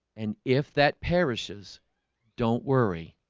and if that perishes don't worry